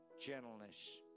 gentleness